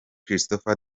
christopher